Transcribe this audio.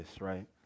right